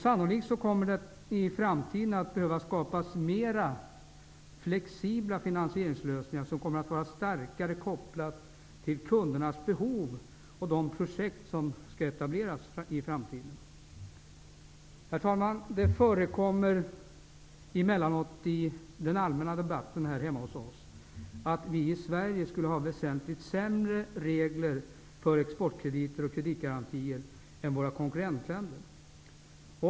Sannolikt kommer det i framtiden att behöva skapas mera flexibla finansieringslösningar som kommer att vara starkare kopplade till kundernas behov och de projekt som skall etableras. Herr talman! Det förekommer emellanåt i den allmänna debatten här hemma hos oss påståenden om att vi i Sverige skulle ha väsentligt sämre regler för exportkrediter och kreditgarantier än våra konkurrentländer.